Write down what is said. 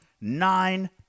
Nine